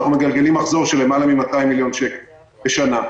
אנחנו מגלגלים מחזור של למעלה מ-200 מיליון שקל בשנה.